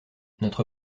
notre